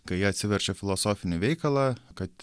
kai jie atsiverčia filosofinį veikalą kad